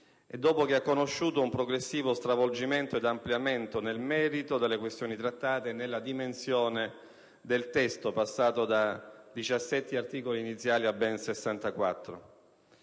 e dopo che ha conosciuto un progressivo stravolgimento ed ampliamento nel merito delle questioni trattate e nella dimensione del testo, passato da 17 articoli iniziali a ben 64.